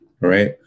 right